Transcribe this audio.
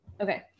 Okay